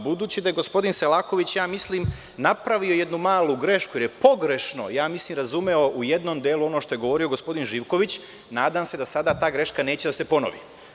Budući da je gospodin Selaković napravio jednu malu grešku, jer je pogrešno razumeo u jednom delu ono što je govorio gospodin Živković, nadam se da sada ta greška neće da se ponovi.